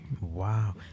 Wow